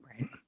right